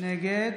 נגד